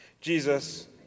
Jesus